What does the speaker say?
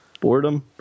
Boredom